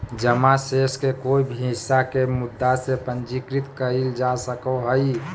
जमा शेष के कोय भी हिस्सा के मुद्दा से पूंजीकृत कइल जा सको हइ